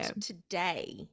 today